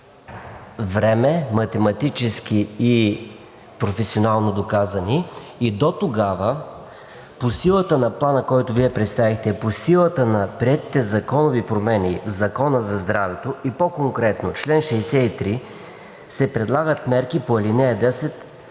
време математически и професионално доказано. Дотогава по силата на Плана, който Вие представихте, по силата на приетите законови промени в Закона за здравето, и по-конкретно чл. 63, се предлагат мерки по ал. 10.